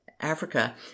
africa